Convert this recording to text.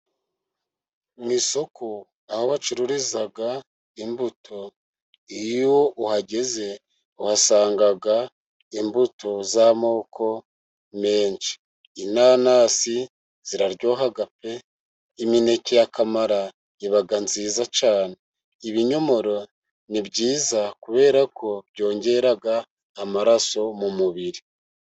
Mu isoko aho bacururiza imbuto, iyo uhageze uhasanga imbuto z'amoko menshi. Inanasi ziraryoha pe! Imineke ya kamara iba nziza cyane, ibinyomoro ni byiza, kubera ko byongera amaraso mu mubiri.